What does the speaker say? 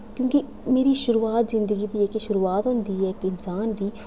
क्योंकि मेरी शुरुआत जिंदगी दी जेह्की शुरुआत होंदी ऐ इक इंसान दी